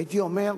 הייתי אומר,